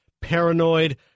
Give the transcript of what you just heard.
Paranoid